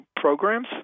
programs